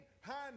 hand